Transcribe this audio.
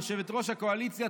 יושבת-ראש הקואליציה,